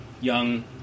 young